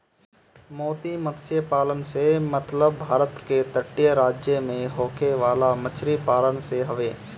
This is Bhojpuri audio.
मोती मतस्य पालन से मतलब भारत के तटीय राज्य में होखे वाला मछरी पालन से हवे